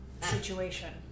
situation